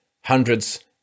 hundreds